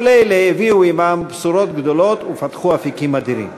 כל אלה הביאו עמן בשורות גדולות ופתחו אפיקים אדירים.